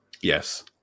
Yes